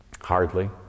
Hardly